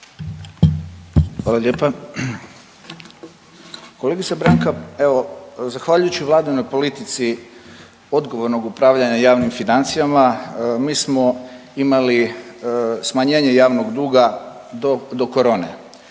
Hvala lijepa. Kolegica Branka, evo zahvaljujući vladinoj politici odgovornog upravljanja javnim financijama mi smo imali smanjenje javnog duga do, do korone.